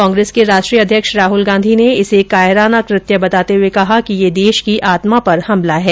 कांग्रेस के राष्ट्रीय अध्यक्ष राहुल गांधी ने इसे कायराना बताते हुए कहा है कि ये देश की आत्मा पर हमला है